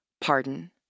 pardon